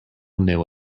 knew